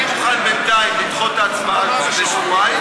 אני מוכן בינתיים לדחות את ההצבעה בשבועיים,